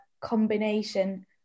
combination